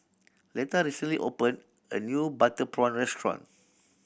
Letta recently opened a new butter prawn restaurant